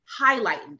highlighted